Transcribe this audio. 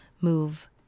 move